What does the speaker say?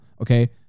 Okay